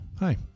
Hi